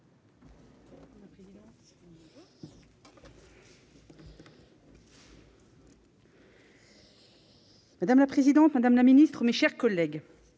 Madame la présidente, madame la ministre, mes chers collègues,